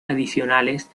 adicionales